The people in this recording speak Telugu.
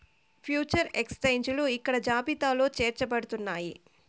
ఫ్యూచర్ ఎక్స్చేంజిలు ఇక్కడ జాబితాలో చేర్చబడుతున్నాయి